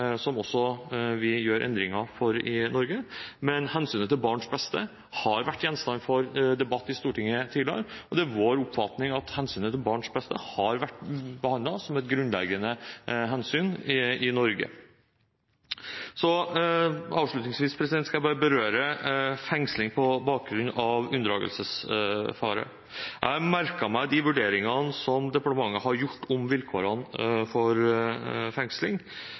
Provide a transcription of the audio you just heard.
som også vi i Norge gjør endringer for. Men hensynet til barnets beste har vært gjenstand for debatt i Stortinget tidligere, og det er vår oppfatning at hensynet til barnets beste har vært behandlet som et grunnleggende hensyn i Norge. Avslutningsvis vil jeg berøre fengsling på bakgrunn av unndragelsesfare. Jeg har merket meg de vurderingene som departementet har gjort om vilkårene for fengsling,